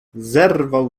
zerwał